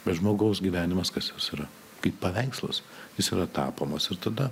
bet žmogaus gyvenimas kas jis yra kaip paveikslas jis yra tapomas ir tada